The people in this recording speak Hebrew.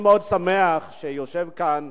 אני מאוד שמח שיושב כאן